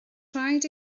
rhaid